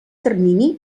termini